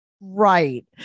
Right